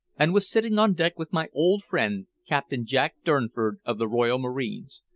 and was sitting on deck with my old friend captain jack durnford, of the royal marines.